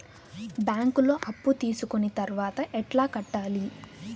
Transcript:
బ్యాంకులో అప్పు తీసుకొని తర్వాత ఎట్లా కట్టాలి?